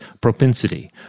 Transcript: propensity